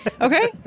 Okay